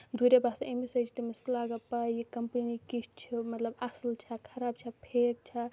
دورے باسان اَمہِ سۭتۍ چھُ تٔمِس لگان پاے یہِ کَمپٔنی کِژھ چھےٚ مطلب اَصٕل چھےٚ خراب چھےٚ فیک چھےٚ